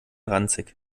ranzig